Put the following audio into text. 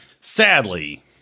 Sadly